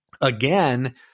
again